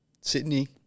Sydney